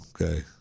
okay